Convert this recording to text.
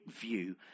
view